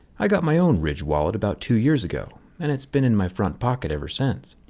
i got my own ridge wallet about two years ago and it's been in my front pocket ever since.